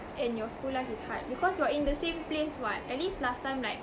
and your school life is hard because you are in the same place [what] at least last time like